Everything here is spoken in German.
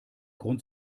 grund